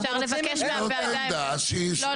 אנחנו רוצים --- זאת העמדה שהיא --- לא,